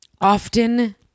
Often